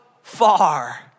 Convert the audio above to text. far